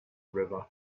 river